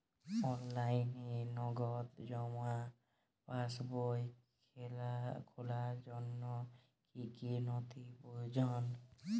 অনলাইনে নগদ জমা পাসবই খোলার জন্য কী কী নথি প্রয়োজন?